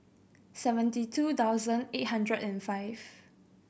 seventy two thousand eight hundred and five